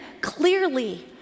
clearly